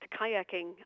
kayaking